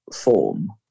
form